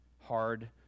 hard